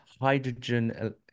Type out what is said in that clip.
hydrogen